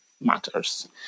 matters